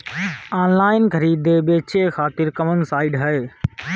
Online खरीदे बेचे खातिर कवन साइड ह?